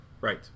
right